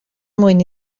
mwyn